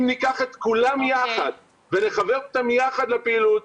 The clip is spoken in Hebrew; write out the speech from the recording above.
אם ניקח את כולם יחד ונחבר אותם יחד לפעילות,